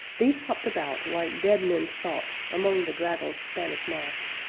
these hopped about like dead men's thoughts among the draggled spanish moss,